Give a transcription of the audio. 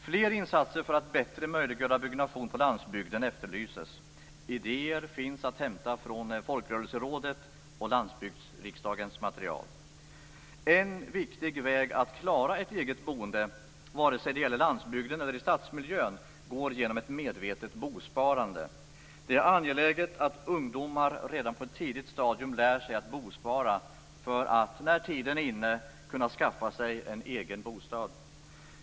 Fler insatser för att bättre möjliggöra byggnation på landsbygden efterlyses. Idéer finns att hämta från En viktig väg till att klara ett eget boende, vare sig det gäller på landsbygden eller i stadsmiljö, går genom ett medvetet bosparande. Det är angeläget att ungdomar redan på ett tidigt stadium lär sig att bospara för att, när tiden är i inne, kunna skaffa sig en egen bostad.